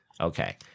Okay